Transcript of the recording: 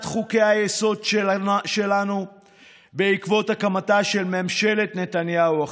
חוקי-היסוד שלנו בעקבות הקמתה של ממשלת נתניהו החמישית,